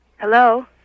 Hello